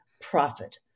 profit